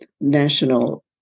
national